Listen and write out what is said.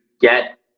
get